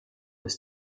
ist